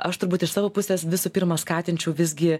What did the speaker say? aš turbūt iš savo pusės visų pirma skatinčiau visgi